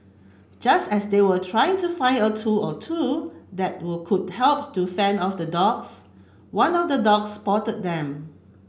just as they were trying to find a tool or two that would could help to fend off the dogs one of the dogs spotted them